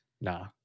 nah